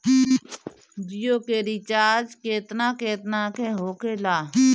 जियो के रिचार्ज केतना केतना के होखे ला?